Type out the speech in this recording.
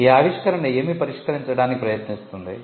ఈ ఆవిష్కరణ ఏమి పరిష్కరించడానికి ప్రయత్నిస్తుంది